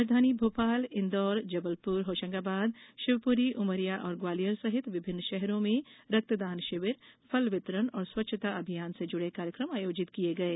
राजधानी भोपाल इन्दौर जबलपुर होशंगाबाद शिवपुरी उमरिया और ग्वालियर सहित विभिन्न शहरों में रक्तदान शिविर फल वितरण और स्वच्छता अभियान से जुड़े कार्यक्रम आयोजित किये गये